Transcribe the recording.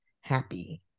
happy